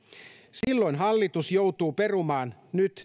silloin hallitus joutuu perumaan nyt